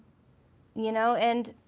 you know and,